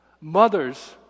mothers